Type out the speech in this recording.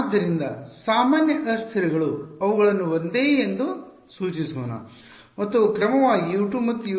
ಆದ್ದರಿಂದ ಸಾಮಾನ್ಯ ಅಸ್ಥಿರಗಳು ಅವುಗಳನ್ನು ಒಂದೇ ಎಂದು ಸೂಚಿಸೋಣ ಮತ್ತು ಅವು ಕ್ರಮವಾಗಿ U2 ಮತ್ತು U3 ಗೆ ಸಮಾನವಾಗಿವೆ